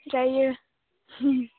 जायो